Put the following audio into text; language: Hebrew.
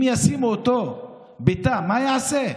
אם ישימו אותו בתא, מה יעשה?